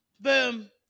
boom